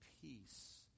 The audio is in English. peace